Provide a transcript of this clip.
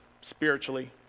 spiritually